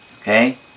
Okay